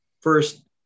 First